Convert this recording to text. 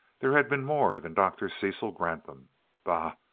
there had been more than dr. cecil granthum bah,